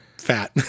fat